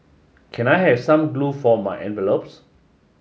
can I have some glue for my envelopes